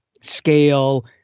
scale